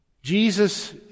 Jesus